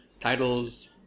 titles